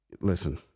listen